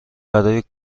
برای